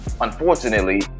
Unfortunately